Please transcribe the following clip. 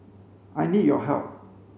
I need your help